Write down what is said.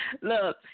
Look